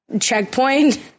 checkpoint